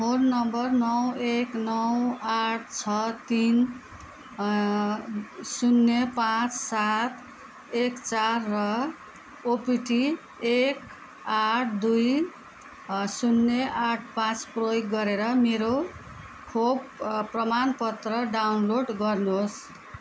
phone number नौ एक नौ आठ छ तिन शून्य पाँच सात एक चार र ओपिटी एक आठ दुई शून्य आठ पाँच प्रयोग गरेर मेरो खोप प्रमाणपत्र डाउनलोड गर्नुहोस्